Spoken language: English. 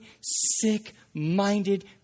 sick-minded